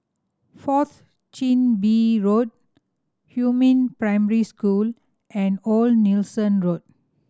Fourth Chin Bee Road Huamin Primary School and Old Nelson Road